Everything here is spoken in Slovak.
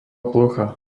plocha